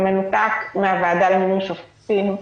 במנותק מהוועדה למינוי שופטים,